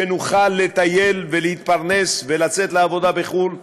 שנוכל לטייל ולהתפרנס ולצאת לעבודה בחו"ל בשקט.